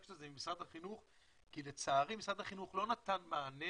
עם משרד החינוך כי לצערי משרד החינוך לא נתן מענה